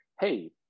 hey